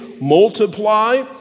multiply